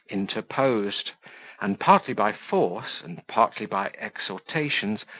interposed, and partly by force, and partly by exhortations,